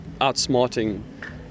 outsmarting